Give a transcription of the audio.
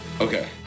okay